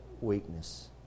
weakness